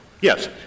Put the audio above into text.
Yes